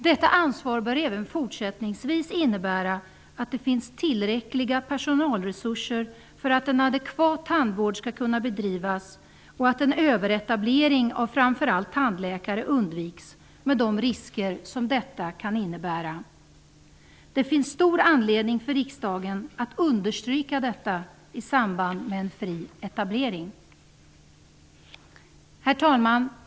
Detta ansvar bör även fortsättningsvis innebära att det finns tillräckliga personalresurser för att en adekvat tandvård skall kunna bedrivas och att en överetablering av framför allt tandläkare med de risker som detta kan innebära undviks. Det finns stor anledning för riksdagen att understryka detta i samband med en fri etablering. Herr talman!